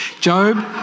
Job